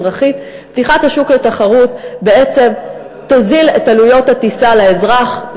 אזרחית: פתיחת השוק לתחרות בעצם תוזיל את עלויות הטיסה לאזרח,